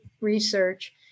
research